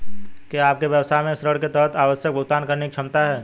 क्या आपके व्यवसाय में ऋण के तहत आवश्यक भुगतान करने की क्षमता है?